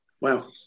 Wow